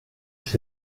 sus